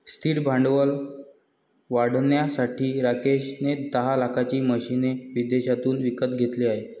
स्थिर भांडवल वाढवण्यासाठी राकेश ने दहा लाखाची मशीने विदेशातून विकत घेतले आहे